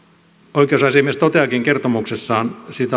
oikeusasiamies toteaakin kertomuksessaan